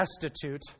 destitute